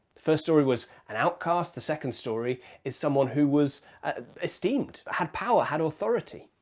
the first story was an outcast, the second story is someone who was esteemed, had power, had authority.